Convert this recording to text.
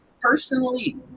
personally